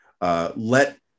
Let